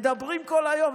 מדברים כל היום,